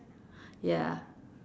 ya